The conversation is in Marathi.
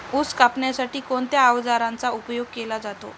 ऊस कापण्यासाठी कोणत्या अवजारांचा उपयोग केला जातो?